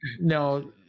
no